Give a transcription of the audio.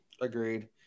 Agreed